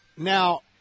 Now